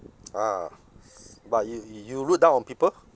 ah but you you you look down on people